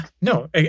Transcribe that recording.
no